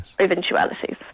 eventualities